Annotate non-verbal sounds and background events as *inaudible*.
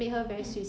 *coughs*